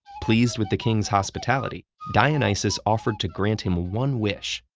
pleased with the king's hospitality, dionysus offered to grant him one wish.